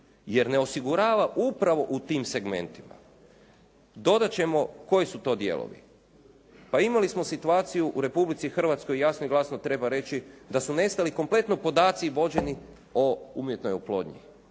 jer ne osigurava upravo u tim segmentima. Dodat ćemo koji su to dijelovi? Pa imali smo situaciju u Republici Hrvatskoj jasno i glasno treba reći da su nestali kompletno podaci vođeni o umjetnoj oplodnji.